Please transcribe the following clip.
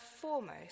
foremost